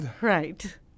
right